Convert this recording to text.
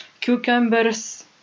cucumbers